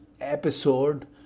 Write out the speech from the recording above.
episode